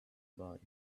body